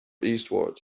eastward